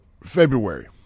February